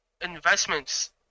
investments